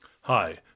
Hi